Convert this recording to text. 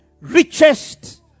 richest